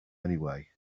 anyway